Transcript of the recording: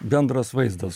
bendras vaizdas